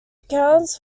accounts